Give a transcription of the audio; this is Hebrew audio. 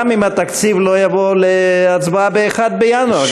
גם אם התקציב לא יבוא להצבעה ב-1 בינואר.